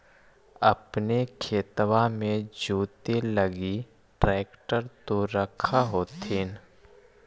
अपने खेतबा मे जोते लगी ट्रेक्टर तो रख होथिन?